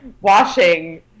washing